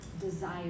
desire